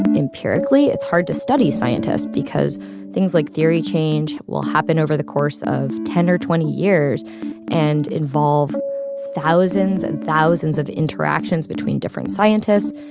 and empirically, it's hard to study scientists because things like theory change will happen over the course of ten or twenty years and involve thousands and thousands of interactions between different scientists.